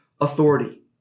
authority